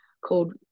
called